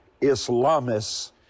Islamists